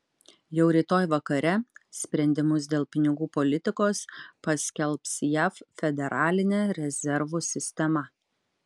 jau rytoj vakare sprendimus dėl pinigų politikos paskelbs jav federalinė rezervų sistema